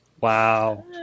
wow